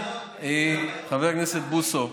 חבר הכנסת בוסו.